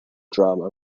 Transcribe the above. drama